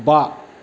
बा